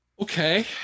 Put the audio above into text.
okay